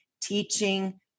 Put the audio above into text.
teaching